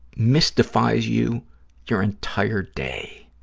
mystifies you your entire day